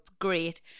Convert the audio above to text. Great